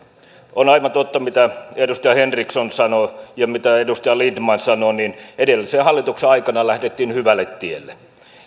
on aivan totta mitä edustaja henriksson sanoo ja mitä edustaja lindtman sanoo eli että edellisen hallituksen aikana lähdettiin hyvälle tielle